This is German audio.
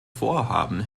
vorhaben